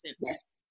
Yes